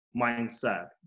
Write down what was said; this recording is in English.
mindset